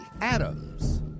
Adams